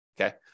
Okay